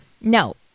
No